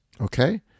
Okay